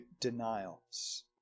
denials